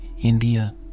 India